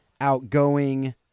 Outgoing